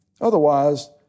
Otherwise